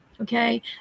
Okay